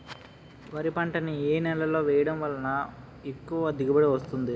వరి పంట ని ఏ నేలలో వేయటం వలన ఎక్కువ దిగుబడి వస్తుంది?